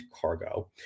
cargo